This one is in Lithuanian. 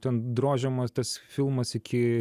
ten drožiamas tas filmas iki